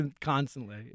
constantly